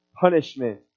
punishment